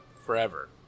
forever